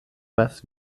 was